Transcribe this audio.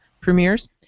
premieres